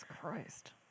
Christ